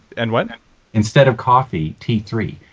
and but instead of coffee, t three.